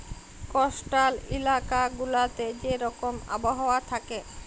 coastal ইলাকা গুলাতে যে রকম আবহাওয়া থ্যাকে